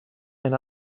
and